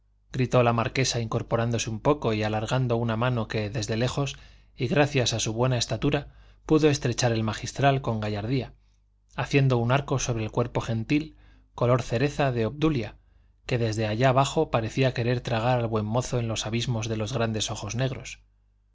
gritó la marquesa incorporándose un poco y alargando una mano que desde lejos y gracias a su buena estatura pudo estrechar el magistral con gallardía haciendo un arco sobre el cuerpo gentil color cereza de obdulia que desde allá abajo parecía querer tragar al buen mozo en los abismos de los grandes ojos negros